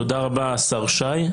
תודה רבה השר שי.